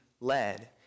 led